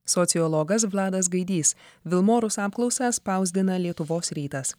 sociologas vladas gaidys vilmorus apklausą spausdina lietuvos rytas